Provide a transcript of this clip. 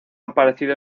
aparecido